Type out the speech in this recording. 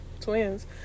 twins